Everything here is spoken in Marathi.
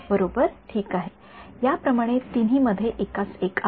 बरोबर ठीक आहे याप्रमाणे तिन्ही मध्ये एकास एक आहे